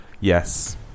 Yes